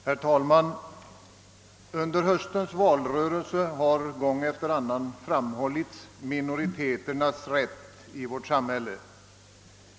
Herr talman! Under höstens valrörelse har gång efter annan framhållits minoriteternas rätt i vårt samhälle.